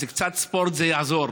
אז קצת ספורט זה יעזור.